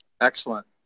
Excellent